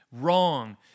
wrong